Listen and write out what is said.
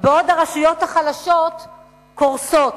בעוד הרשויות החלשות קורסות.